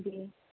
جی